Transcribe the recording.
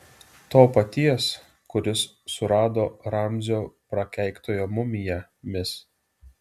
to paties kuris surado ramzio prakeiktojo mumiją mis